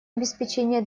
обеспечение